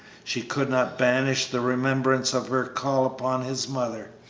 she could not banish the remembrance of her call upon his mother,